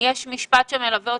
יש משפט שמלווה אותי,